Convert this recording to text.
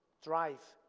drive.